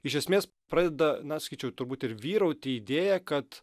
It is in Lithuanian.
iš esmės pradeda na sakyčiau turbūt ir vyrauti idėja kad